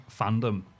fandom